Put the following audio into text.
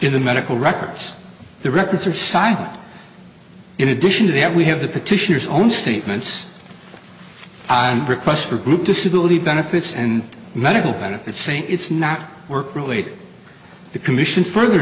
in the medical records the records are silent in addition to that we have the petitioners own statements and requests for group disability benefits and medical benefits saying it's not work related the commission further